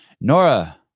Nora